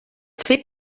fet